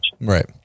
Right